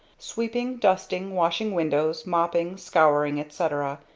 sweeping, dusting, washing windows, mopping, scouring, etc,